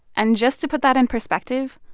and just to put that in perspective,